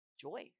joy